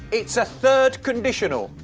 it's a third conditional.